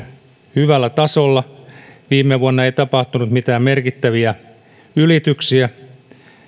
hyvällä tasolla viime vuonna ei tapahtunut mitään merkittäviä ylityksiä